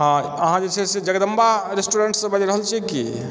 हँ अहाॅं जे छै सऽ जगदम्बा रेस्टोरेंट सऽ बाजि रहलछियै कि